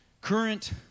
current